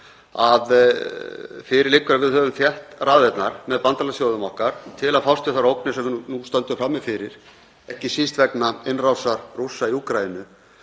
að fyrir liggur að við höfum þétt raðirnar með bandalagsþjóðum okkar til að fást við þær ógnir sem við nú stöndum frammi fyrir, ekki síst vegna innrásar Rússa í Úkraínu